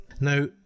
Now